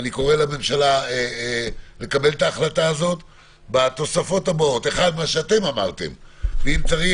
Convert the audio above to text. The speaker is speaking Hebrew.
ואני קורא לממשלה לקבל החלטה עם התוספות הבאות: 1. מה שאמרתם ואם צריך,